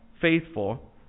faithful